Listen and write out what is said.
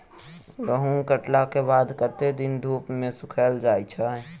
गहूम कटला केँ बाद कत्ते दिन धूप मे सूखैल जाय छै?